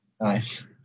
Nice